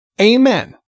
Amen